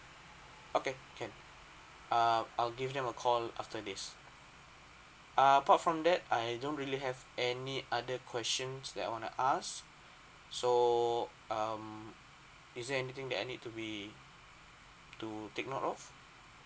okay can err I'll give them a call after this ah apart from that I don't really have any other questions that I want to ask so um is there anything that I need to be to take note of